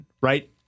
right